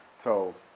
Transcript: so